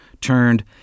Turned